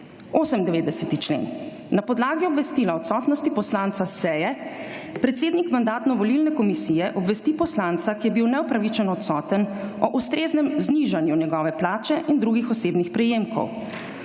člen; na podlagi obvestila odsotnosti poslanca s seje, predsednik Mandatno-volilne komisije obvesti poslanca, ki je bil neupravičeno odsoten o ustreznem znižanju njegove plače in drugih osebnih prejemkov.